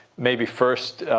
maybe, first